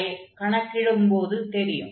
அதைக் கணக்கிடும்போது தெரியும்